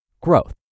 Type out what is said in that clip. Growth